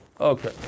okay